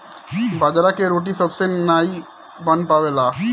बाजरा के रोटी सबसे नाई बन पावेला